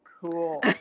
Cool